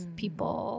people